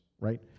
right